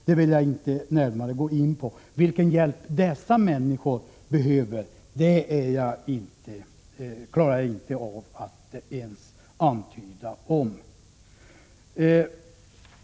Jag vill inte närmare gå in på vilken hjälp dessa människor behöver — jag klarar inte av att ens antyda det.